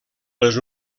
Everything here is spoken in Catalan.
les